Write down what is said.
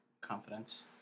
confidence